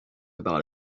about